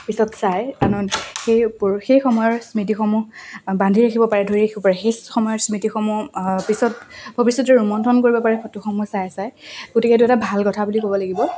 পিছত চাই আন সেই সেই সময়ৰ স্মৃতিসমূহ বান্ধি ৰাখিব পাৰে ধৰি ৰাখিব পাৰে সেই সময়ৰ স্মৃতিসমূহ পিছত ভৱিষ্যতে ৰোমন্থন কৰিব পাৰে ফটোসমূহ চাই চাই গতিকে এইটো এটা ভাল কথা বুলি ক'ব লাগিব